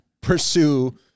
pursue